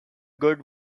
good